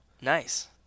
nice